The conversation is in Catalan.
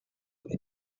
ben